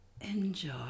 enjoy